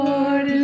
Lord